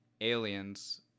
aliens